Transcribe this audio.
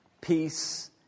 Peace